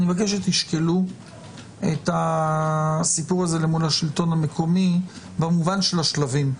שתשקלו את הסיפור הזה מול השלטון המקומי במובן של השלבים.